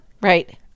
Right